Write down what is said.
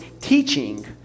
teaching